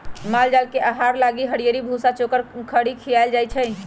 माल जाल के आहार लागी हरियरी, भूसा, चोकर, खरी खियाएल जाई छै